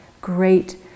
great